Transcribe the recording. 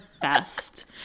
best